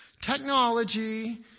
Technology